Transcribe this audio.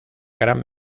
gran